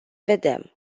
vedem